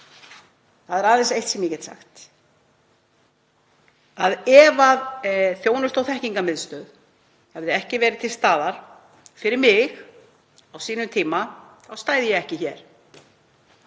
Það er aðeins eitt sem ég get sagt. Ef Þjónustu- og þekkingarmiðstöð hefði ekki verið til staðar fyrir mig á sínum tíma þá stæði ég ekki hér.